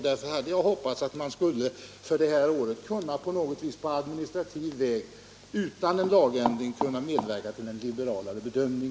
Därför hade jag hoppats att det skulle varit möjligt att för det här året på administrativ väg och utan lagändring få till stånd en liberalare bedömning.